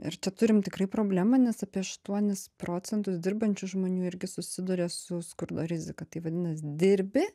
ir čia turim tikrai problemą nes apie aštuonis procentus dirbančių žmonių irgi susiduria su skurdo rizika tai vadinas dirbi